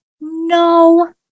No